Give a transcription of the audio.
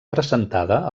presentada